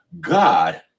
God